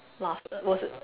last was it